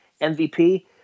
MVP